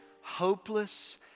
hopeless